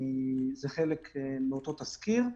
זה חלק מאותו תזכיר.